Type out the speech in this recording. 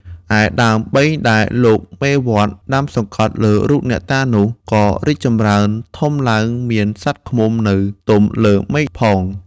ឯដើមបេងដែលលោកមេវត្ត ដាំសង្កត់លើរូបអ្នកតានោះ ក៏ចម្រើនធំឡើងមានសត្វឃ្មុំនៅទំលើមែនផង ។